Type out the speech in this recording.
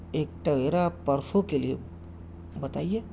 ایک تویرا پرسوں کے لئے بتایئے